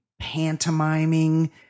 pantomiming